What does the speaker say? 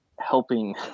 helping